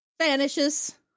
Vanishes